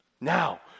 Now